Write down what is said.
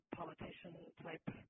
politician-type